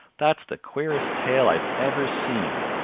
that's the queerest tail i've ever seen.